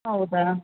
ಹೌದಾ